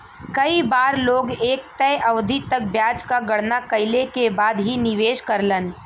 कई बार लोग एक तय अवधि तक ब्याज क गणना कइले के बाद ही निवेश करलन